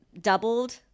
doubled